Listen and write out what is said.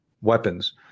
weapons